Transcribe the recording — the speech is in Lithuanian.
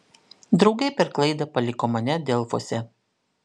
draugai per klaidą paliko mane delfuose